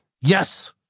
Yes